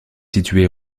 situé